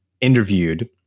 interviewed